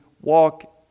walk